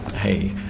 Hey